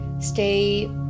stay